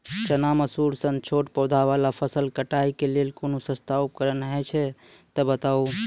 चना, मसूर सन छोट पौधा वाला फसल कटाई के लेल कूनू सस्ता उपकरण हे छै तऽ बताऊ?